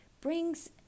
brings